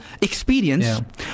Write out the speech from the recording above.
experience